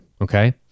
okay